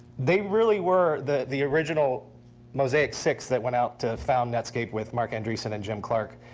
they really were the the original mosaic six that went out to found netscape with marc andreessen and jim clark.